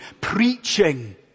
Preaching